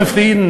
בלי שלום,